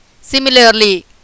Similarly